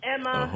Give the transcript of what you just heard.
Emma